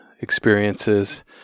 experiences